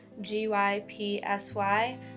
g-y-p-s-y